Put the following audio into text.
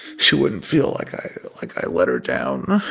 she wouldn't feel like i like i let her down.